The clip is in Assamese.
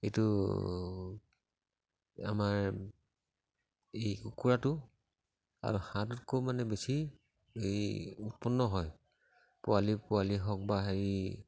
এইটো আমাৰ এই কুকুৰাটো আৰু হাঁহটোতকৈ মানে বেছি এই উৎপন্ন হয় পোৱালি পোৱালি হওক বা হেৰি